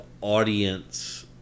audience